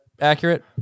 accurate